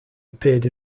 appeared